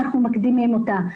אנחנו מקדימים אותה.